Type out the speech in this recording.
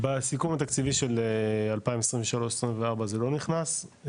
בסיכום התקציבי של 2023-24 זה לא נכנס.